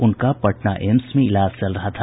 उनका पटना एम्स में इलाज चल रहा था